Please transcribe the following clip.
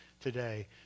today